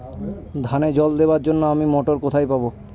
ধানে জল দেবার জন্য আমি মটর কোথায় পাবো?